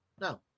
No